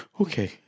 Okay